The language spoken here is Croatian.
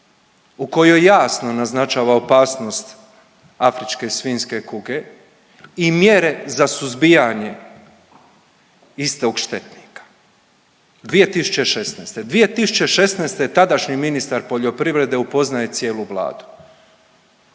u kojoj jasno naznačava opasnost afričke svinjske kuge i mjere za suzbijanje istog štetnika 2016., 2016. tadašnji ministar poljoprivrede upoznaje cijelu Vladu.